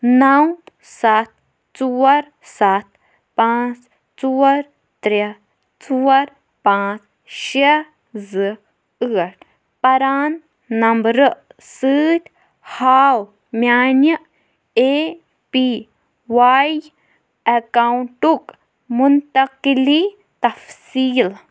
نو سَتھ ژور سَتھ پانژھ ژور ترٛےٚ ژور پانٛژھ شےٚ ژٕ ٲٹھ پران نمبرٕ سۭتۍ ہاو میانہِ اے پی واے اکاؤنٹُک منتقلی تفصیٖل